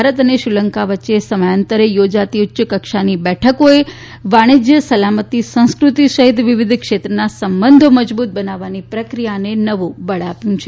ભારત અને શ્રીલંકા વચ્ચે સમયાંતરે યોજાતી ઉચ્ચકક્ષાની બેઠકોએ વાણીજ્ય સલામતી સંસ્કૃતિ સહિત વિવિધ ક્ષેત્રનાં સંબંધો મજબૂત બનાવવાની પ્રક્રિયાને નવું બળ આપ્યું છે